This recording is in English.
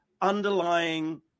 underlying